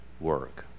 work